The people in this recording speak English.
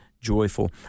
joyful